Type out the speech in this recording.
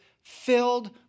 filled